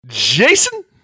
Jason